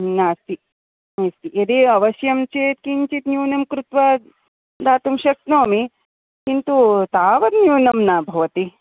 नास्ति नास्ति यदि अवश्यं चेत् किञ्चित् न्यूनं कृत्वा दातुं शक्नोमि किन्तु तावद् न्यूनं न भवति